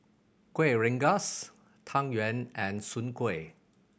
Kuih Rengas Tang Yuen and Soon Kuih